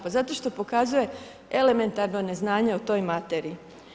Pa zato što pokazuje elementarno neznanje o toj materiji.